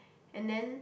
and then